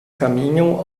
caminham